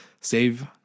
Save